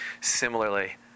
Similarly